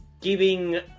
giving